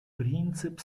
принцип